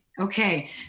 Okay